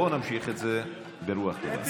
בואו נמשיך את זה ברוח טובה.